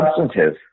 substantive